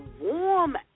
warm